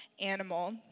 animal